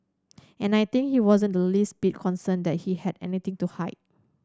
and I think he wasn't the least bit concerned that he had anything to hide